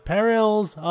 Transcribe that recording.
Perils